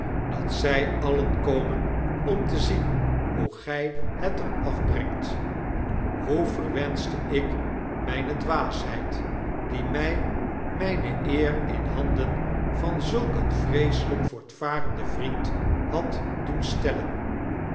dat zg alien komen om te zien hoe gij het er afbrengt hoe verwenschte ik mgne dwaasheid die mg mijne eer in handen van zulk een vreeselgk voortvarenden vriend had doen stellen